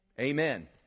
amen